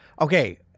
Okay